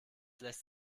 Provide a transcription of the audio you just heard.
lässt